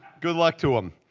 good luck to him.